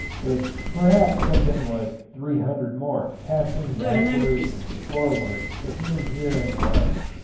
with perhaps something like three hundred more passing backwards and forwards between here and the mines.